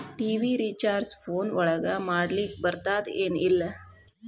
TV recharge phone ಒಳಗ ಮಾಡ್ಲಿಕ್ ಬರ್ತಾದ ಏನ್ ಇಲ್ಲ?